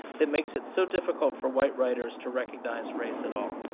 that makes it so difficult for white writers to recognize race at all.